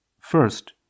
First